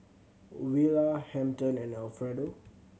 Willa Hampton and Alfredo